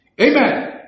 Amen